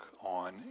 on